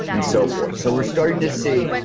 and so forth. so we're starting to see,